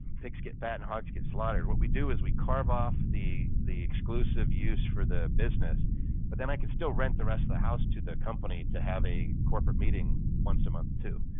pigs get fat and hard to get slaughtered. what we do is we carve off the the exclusive use for the business but then i can still rent the rest of the house to the company, to have a corporate meeting once a month too.